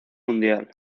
mundial